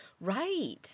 Right